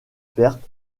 pertes